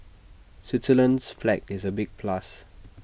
Switzerland's flag is A big plus